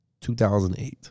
2008